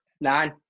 Nine